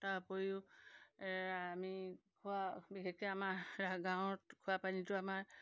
তাৰ উপৰিও আমি খোৱা বিশেষকৈ আমাৰ গাঁৱত খোৱাপানীটো আমাৰ